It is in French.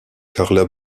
carla